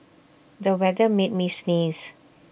the weather made me sneeze